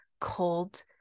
cold